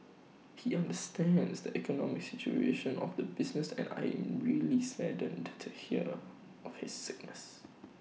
he understands the economic situation of the businesses and I'm really saddened to hear of his sickness